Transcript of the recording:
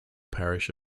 parish